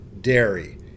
dairy